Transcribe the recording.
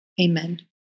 Amen